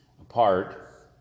apart